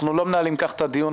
אנחנו לא מנהלים כך את הדיון.